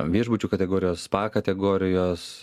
viešbučių kategorijos spa kategorijos